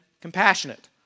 compassionate